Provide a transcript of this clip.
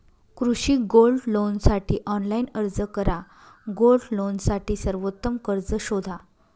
कृषी गोल्ड लोनसाठी ऑनलाइन अर्ज करा गोल्ड लोनसाठी सर्वोत्तम कर्ज शोधा